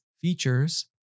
features